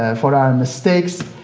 ah for our mistakes,